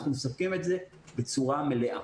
אנחנו מספקים את זה בצורה מלאה.